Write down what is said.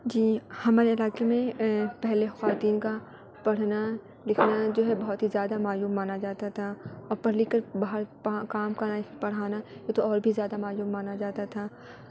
جی ہمارے علاقے میں پہلے خواتین کا پڑھنا لکھنا جو ہے بہت ہی زیادہ معیوب مانا جاتا تھا اور پڑھ لکھ کر باہر کام کرنا پڑھانا یہ تو اور بھی زیادہ معیوب مانا جاتا تھا